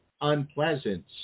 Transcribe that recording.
unpleasant